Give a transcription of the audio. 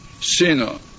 Sino